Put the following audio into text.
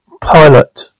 pilot